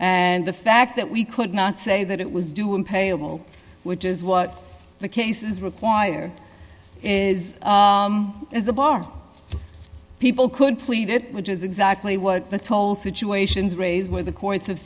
and the fact that we could not say that it was due and payable which is what the cases require is is the bar people could plead it which is exactly what the toll situations raise with the courts